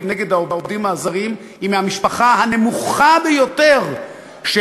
נגד העובדים הזרים הוא מהמשפחה הנמוכה ביותר של